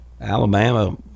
Alabama